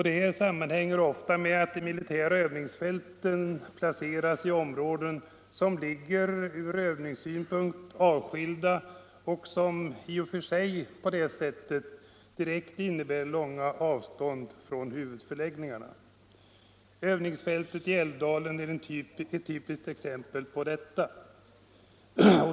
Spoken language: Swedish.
Detta sammanhänger med att de militära övningsfälten ofta är placerade i avskilda områden på långa avstånd från huvudförläggningen. Övningsfältet i Älvdalen är ett typiskt exempel på detta.